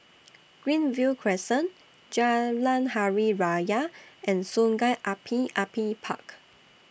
Greenview Crescent Jalan Hari Raya and Sungei Api Api Park